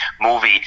movie